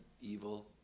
evil